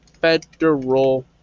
federal